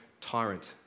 tyrant